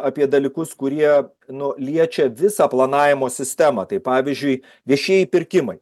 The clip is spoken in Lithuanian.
apie dalykus kurie nu liečia visą planavimo sistemą tai pavyzdžiui viešieji pirkimai